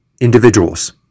individuals